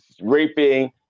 raping